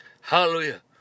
Hallelujah